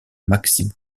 maxime